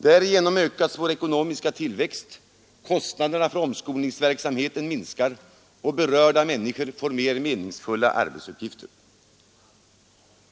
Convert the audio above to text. Därigenom ökar vår ekonomiska tillväxt, kostnaderna för omskolningsverksamheten minskar och berörda människor får mer meningsfulla arbetsuppgifter.